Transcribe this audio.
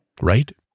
Right